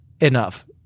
Enough